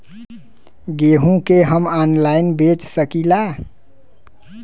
गेहूँ के हम ऑनलाइन बेंच सकी ला?